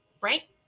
right